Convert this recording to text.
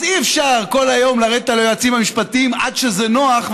אז אי-אפשר כל היום לרדת על היועצים המשפטיים עד שזה נוח,